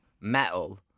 metal